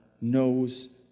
knows